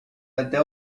até